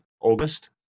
August